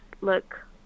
look